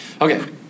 Okay